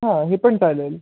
हा हे पण चालेल